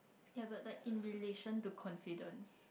ya but like in relation to confidence